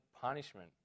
punishment